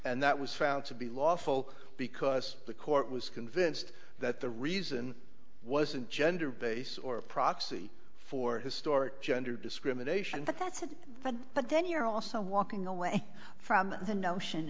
and that was found to be lawful because the court was convinced that the reason wasn't gender based or a proxy for historic gender discrimination but that's a thought but then you're also walking away from the notion